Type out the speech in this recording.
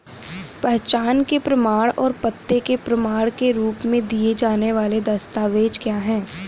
पहचान के प्रमाण और पते के प्रमाण के रूप में दिए जाने वाले दस्तावेज क्या हैं?